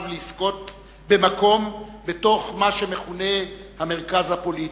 לזכות במקום בתוך מה שמכונה "המרכז הפוליטי",